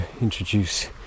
introduce